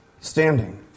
standing